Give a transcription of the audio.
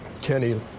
Kenny